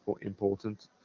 important